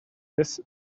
this